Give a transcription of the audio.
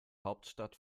hauptstadt